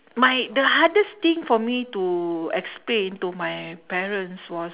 my the hardest thing for me to explain to my parents was